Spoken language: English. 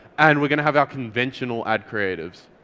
and we're gonna have our conventional ad creatives.